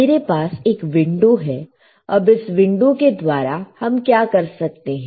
मेरे पास एक विंडो है अब इस विंडो के द्वारा हम क्या कर सकते हैं